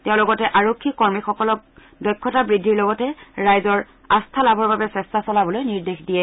তেওঁ লগতে আৰক্ষী কৰ্মীসকলক দক্ষতা বৃদ্ধিৰ লগতে ৰাইজৰ আস্থা লাভৰ বাবে চেষ্টা চলাবলৈ নিৰ্দেশ দিয়ে